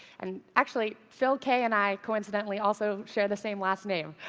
and actually, phil kaye and i coincidentally also share the same last name.